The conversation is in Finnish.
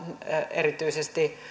erityisesti